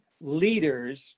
leaders